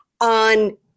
on